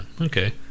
Okay